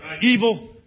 Evil